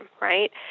Right